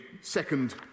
second